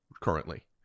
currently